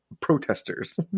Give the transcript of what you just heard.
protesters